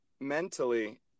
mentally